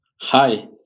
Hi